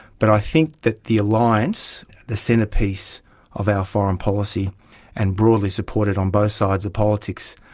but i think that the alliance, the centrepiece of our foreign policy and broadly supported on both sides of politics,